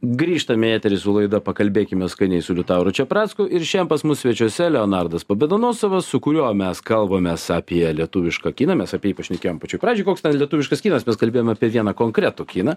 grįžtame į eterį su laida pakalbėkime skaniai su liutauru čepracku ir šian pas mus svečiuose leonardas pobedonoscevas su kuriuo mes kalbamės apie lietuvišką kiną mes apie jį pašnekėjom pačioj pradžioj koks ten lietuviškas kinas mes kalbėjom apie vieną konkretų kiną